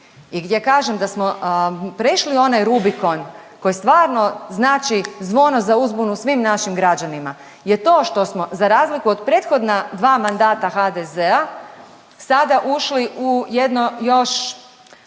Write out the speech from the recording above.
i gdje kažem da smo prešli onaj rubikon koji stvarno znači zvono za uzbunu svim našim građanima je to što smo za razliku od prethodna dva mandata HDZ-a sada ušli u jedno još